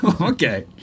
Okay